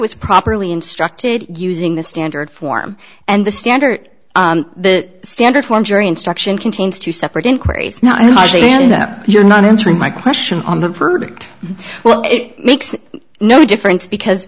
was properly instructed using the standard form and the standard the standard for jury instruction contains two separate inquiries you're not answering my question on the verdict well it makes no difference because